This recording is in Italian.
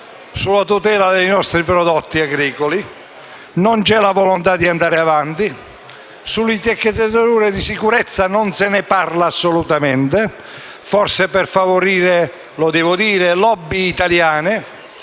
della tutela dei nostri prodotti agricoli. Non c'è la volontà di andare avanti; delle etichettature di sicurezza non si parla assolutamente, forse per favorire - lo devo dire - *lobby* italiane.